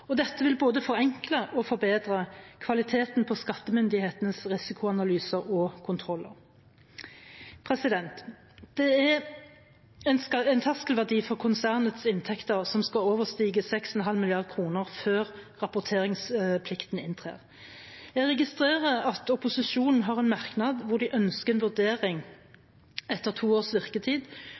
etablert. Dette vil både forenkle og forbedre kvaliteten på skattemyndighetenes risikoanalyser og kontroller. Det er en terskelverdi for konsernets inntekter som skal overstige 6,5 mrd. kr før rapporteringsplikten inntrer. Jeg registrerer at opposisjonen har en merknad hvor de ønsker en vurdering etter to års virketid